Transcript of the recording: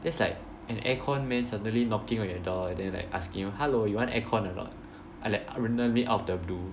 that's like an aircon man suddenly knocking on your door then like asking you hello you want aircon or not and li~ like randomly out of the blue